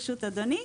ברשות אדוני.